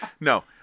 No